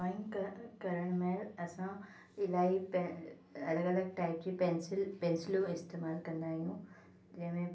drawing करणु करणु महिल असां इलाही पे अलॻि अलॻि टाइप जी पेंसिल पेंसिलूं इस्तेमालु कंदा आहियूं जंहिंमें